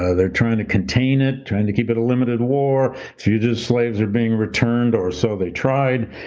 ah they're trying to contain it, trying to keep it a limited war. fugitive slaves are being returned, or so they tried,